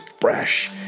fresh